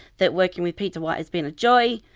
that working with peter white has been a joy,